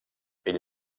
ell